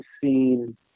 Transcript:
seen